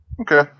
Okay